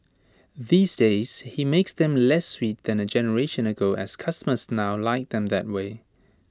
these days he makes them less sweet than A generation ago as customers now like them that way